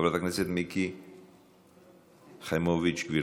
חברת הכנסת מיקי חיימוביץ', גברתי,